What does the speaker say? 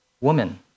Woman